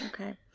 Okay